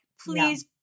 Please